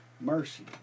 Mercy